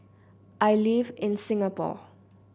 I live in Singapore